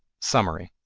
summary.